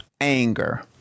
Anger